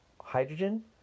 hydrogen